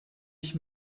ich